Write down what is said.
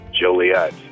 Joliet